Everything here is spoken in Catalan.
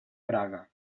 praga